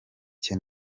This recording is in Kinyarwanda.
cye